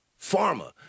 Pharma